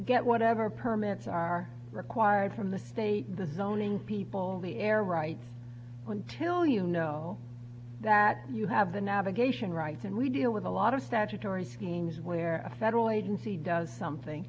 get whatever permits are required from the state the zoning people the air rights until you know that you have the navigation rights and we deal with a lot of statutory schemes where a federal agency does something